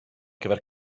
gyfer